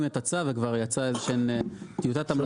את הצו וכבר יצאה איזושהי טיוטת המלצות.